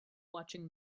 watching